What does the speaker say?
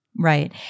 Right